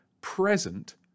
present